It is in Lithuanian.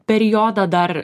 periodą dar